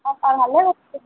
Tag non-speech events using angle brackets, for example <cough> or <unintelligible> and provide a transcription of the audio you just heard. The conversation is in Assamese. <unintelligible>